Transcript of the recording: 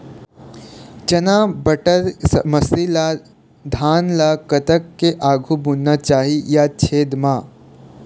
चना बटर मसरी ला धान ला कतक के आघु बुनना चाही या छेद मां?